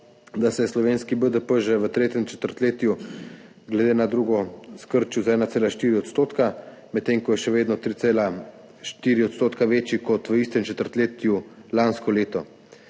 da se je slovenski BDP že v tretjem četrtletju glede na drugo skrčil za 1,4 %, medtem ko je še vedno 3,4 % večji kot v istem četrtletju lansko leto.